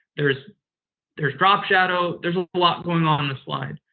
there's there's drop shadow. there's a lot going on in this slide.